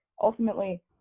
ultimately